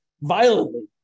violently